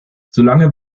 solange